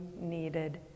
needed